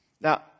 Now